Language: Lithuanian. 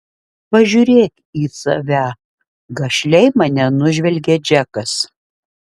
pažiūrėk į save gašliai mane nužvelgia džekas